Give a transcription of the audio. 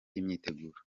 imyiteguro